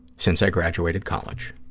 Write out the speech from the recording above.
since i graduated college.